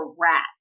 rat